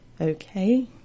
Okay